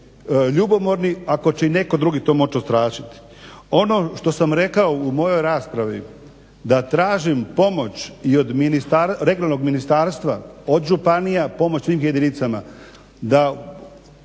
ljubomorni ako će netko drugi to moći ostračit. Ono što sam rekao u mojoj raspravi da tražim pomoć i od regionalnog ministarstva, od županija pomoć svim jedinicama da